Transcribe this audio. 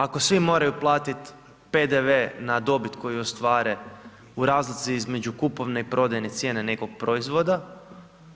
Ako svi moraju platiti PDV na dobit koju ostvare u razlici između kupovne i prodajne cijene nekog proizvoda,